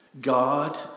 God